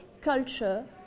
culture